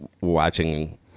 watching